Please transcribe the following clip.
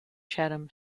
chatham